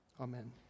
Amen